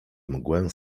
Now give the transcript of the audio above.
mgłę